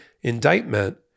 indictment